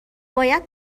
باید